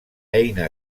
eina